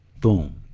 boom